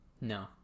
no